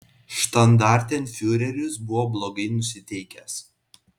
štandartenfiureris buvo blogai nusiteikęs